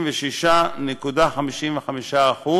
36.55%,